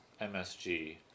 MSG